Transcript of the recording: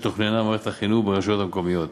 שתוכננה במערכת החינוך וברשויות המקומיות.